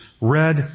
red